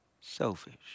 selfish